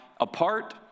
apart